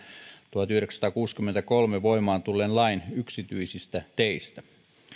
tuhatyhdeksänsataakuusikymmentäkolme voimaan tulleen lain yksityisistä teistä